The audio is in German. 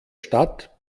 stadt